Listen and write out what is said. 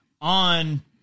on